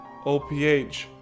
OPH